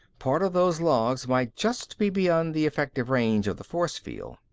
part of those logs might just be beyond the effective range of the force-field.